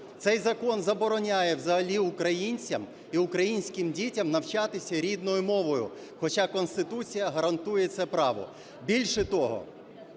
Цей закон забороняє взагалі українцям і українським дітям навчатися рідною мовою, хоча Конституція гарантує це право. Більше того,